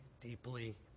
deeply